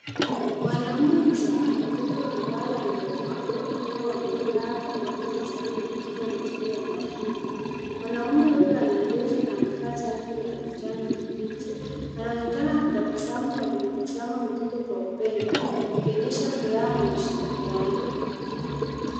Mwanaume mzima na mtoto ambaye ana ulemavu wakiwa wamekaa pamoja mezani na kucheza michezo ya mafumbo. Mwanaume huyo ana ndevu na amevaa shati la kijani kibichi anaonekana akitabasamu na kumtazama mtoto kwa upendo akionyesha furaha na ushirikiano.